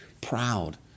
proud